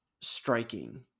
striking